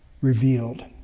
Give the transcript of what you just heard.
revealed